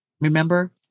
Remember